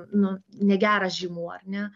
nu negeras žymų ar ne